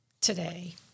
today